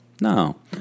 No